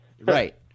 Right